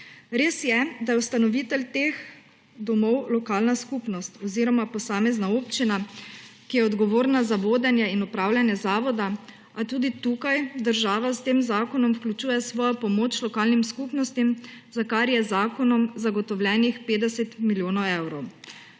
Res je, da je ustanovitelj teh domov lokalna skupnost oziroma posamezna občina, ki je odgovorna za vodenje in upravljanje zavoda, a tudi tukaj država s tem zakonom vključuje svojo pomoč lokalnim skupnostim, za kar je z zakonom zagotovljenih 50 milijonov evrov.